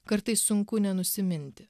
kartais sunku nenusiminti